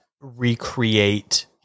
recreate